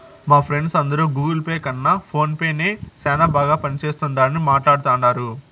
మా ఫ్రెండ్స్ అందరు Google Pay కన్న ఫోన్ పే నే సేనా బాగా పనిచేస్తుండాదని మాట్లాడతాండారు